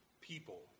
people